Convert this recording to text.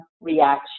reaction